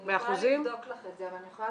אני יכולה לבדוק לך את זה אבל אני יכולה